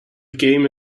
game